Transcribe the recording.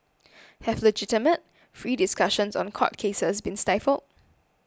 have legitimate free discussions on court cases been stifled